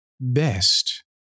best